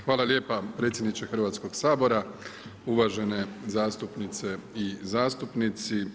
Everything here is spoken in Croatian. Hvala lijepa predsjedniče Hrvatskog sabora, uvažene zastupnice i zastupnici.